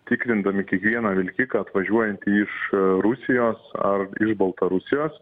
tikrindami kiekvieną vilkiką atvažiuojantį iš rusijos ar iš baltarusijos